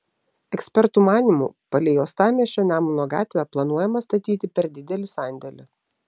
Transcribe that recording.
ekspertų manymu palei uostamiesčio nemuno gatvę planuojama statyti per didelį sandėlį